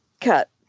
cut